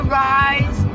rise